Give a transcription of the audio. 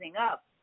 up